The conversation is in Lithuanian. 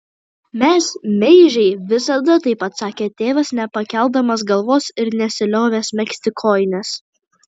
mes meižiai visada taip atsakė tėvas nepakeldamas galvos ir nesiliovęs megzti kojinės